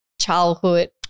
childhood